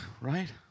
right